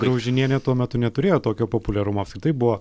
graužinienė tuo metu neturėjo tokio populiarumo apskritai buvo